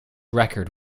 record